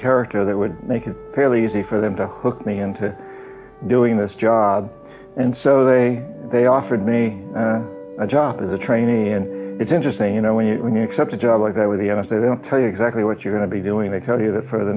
character that would make it fairly easy for them to hook me into doing this job and so they they offered me a job as a trainee and it's interesting you know when you when you accept a job like that with the us they don't tell you exactly what you're going to be doing they tell you that for the